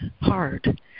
hard